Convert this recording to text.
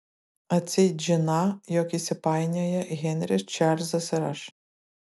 atseit žiną jog įsipainioję henris čarlzas ir aš